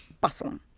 bustling